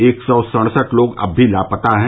एक सौ सड़सठ लोग अब भी लापता हैं